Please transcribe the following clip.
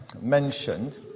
mentioned